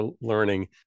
learning